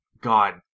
God